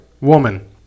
Woman